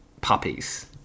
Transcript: puppies